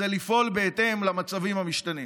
זה לפעול בהתאם למצבים המשתנים.